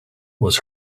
was